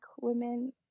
women